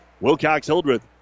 Wilcox-Hildreth